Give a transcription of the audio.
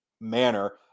manner